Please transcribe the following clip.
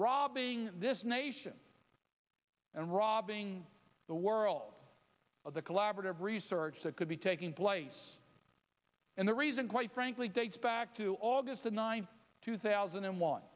robbing this nation and robbing the world of the collaborative research that could be taking place and the reason quite frankly dates back to august the ninth two thousand and one